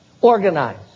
Organize